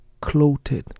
clothed